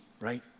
right